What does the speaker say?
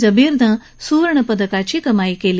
जबीरनं सुवर्णपदकाची कमाई क्ली